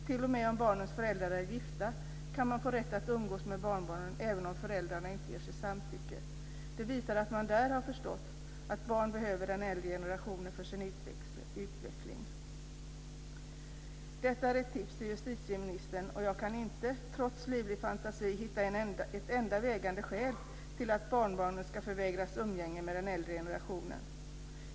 T.o.m. om barnens föräldrar är gifta kan man få rätt att umgås med barnbarnen även om inte föräldrarna ger sitt samtycke. Det visar att man där har förstått att barn behöver den äldre generationen för sin utveckling. Detta är ett tips till justitieministern och jag kan inte, trots livlig fantasi, hitta ett enda vägande skäl till att barnbarnen ska förvägras umgänge med den äldre generationen.